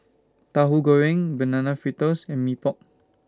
Tauhu Goreng Banana Fritters and Mee Pok